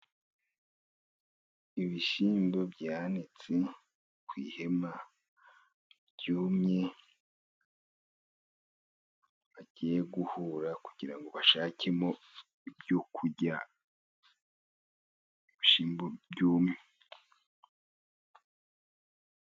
Ibishyimbo byanitse ku ihema byumye, bagiye guhura kugirango ngo bashakemo ibyo kurya, ibishyimbo byumye.